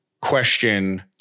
question